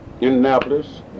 Indianapolis